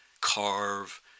carve